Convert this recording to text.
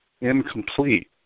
incomplete